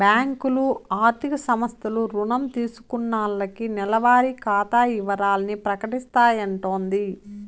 బ్యాంకులు, ఆర్థిక సంస్థలు రుణం తీసుకున్నాల్లకి నెలవారి ఖాతా ఇవరాల్ని ప్రకటిస్తాయంటోది